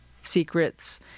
secrets